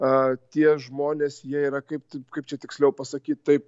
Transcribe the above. a tie žmonės jie yra kaip taip kaip čia tiksliau pasakyt taip